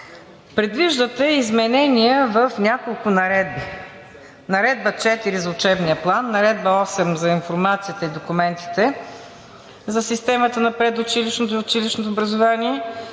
предвиждате изменения в няколко наредби – Наредба № 4 за учебния план, Наредба № 8 за информацията и документите за системата на предучилищното и училищното образование,